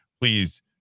Please